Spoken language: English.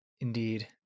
Indeed